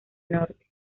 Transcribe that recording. norte